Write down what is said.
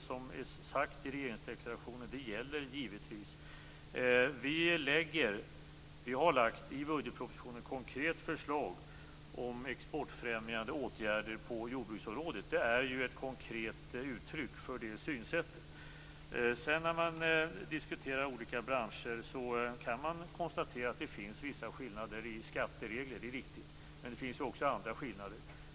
Det som är sagt i regeringsdeklarationen gäller givetvis. Vi har i budgetpropositionen lagt fram ett konkret förslag om exportfrämjande åtgärder på jordbruksområdet. Det är ett konkret uttryck för det synsättet. När man sedan diskuterar olika branscher kan man konstatera att det finns vissa skillnader i skatteregler. Det är riktigt. Men det finns också andra skillnader.